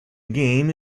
game